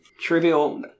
trivial